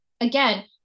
again